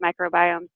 microbiomes